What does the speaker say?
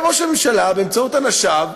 את זה ראש הממשלה, באמצעות אנשיו,